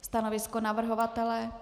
Stanovisko navrhovatele?